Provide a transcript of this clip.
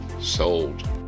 Sold